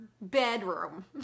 bedroom